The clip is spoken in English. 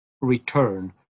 return